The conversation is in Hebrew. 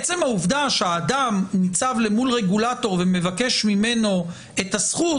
עצם העובדה שהאדם ניצב אל מול רגולטור ומבקש ממנו את הזכות